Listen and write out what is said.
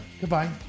goodbye